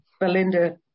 Belinda